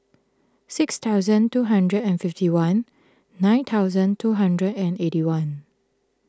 six thousand two hundred and fifty one nine thousand two hundred and eighty one